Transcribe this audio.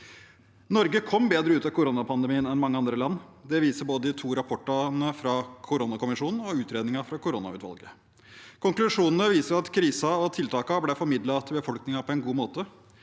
Norge kom bedre ut av koronapandemien enn mange andre land. Det viser både de to rapportene fra koronakommisjonen og utredningen fra koronautvalget. Konklusjonene viser at krisen og tiltakene ble formidlet til befolkningen på en god måte.